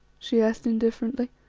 she asked indifferently.